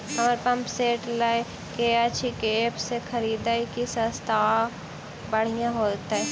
हमरा pump set लय केँ अछि केँ ऐप सँ खरिदियै की सस्ता आ बढ़िया हेतइ?